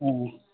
অঁ